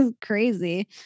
crazy